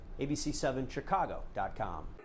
abc7chicago.com